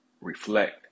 reflect